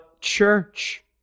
church